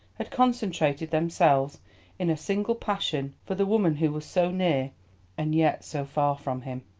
had concentrated themselves in a single passion for the woman who was so near and yet so far from him.